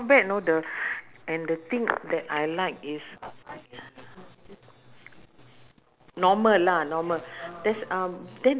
opposite there opposite there there's a car park the first car park you turn left ah that's two one four !alamak! I tell you the